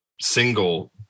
single